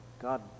God